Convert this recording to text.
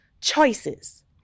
Choices